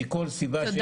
מכל סיבה שהיא,